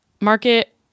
market